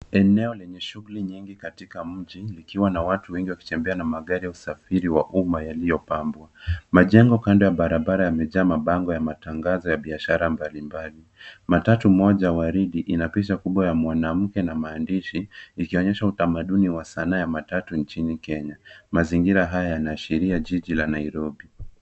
Eneo lenye shughuli nyingi katika mji likiwa na watu wengi wakitembea na magari ya usafiri wa umma yaliyopambwa. Majengo kando ya barabara yamejaa mabango ya matangazo ya biashara mbalimbali. Matatu moja ya waridi ina picha kubwa ya mwanamke na maandishi ikionyesha utamaduni wa sanaa ya matatu nchini Kenya. Mazingira haya yanaashiria jiji la Nairobi.